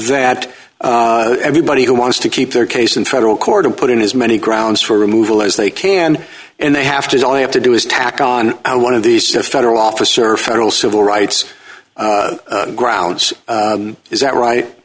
zat everybody who wants to keep their case in federal court and put in as many grounds for removal as they can and they have to only have to do is tack on out one of these to federal officer federal civil rights grounds is that right